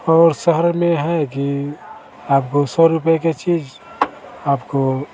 और शहर में है कि आप दो सौ रुपये की चीज़ आपको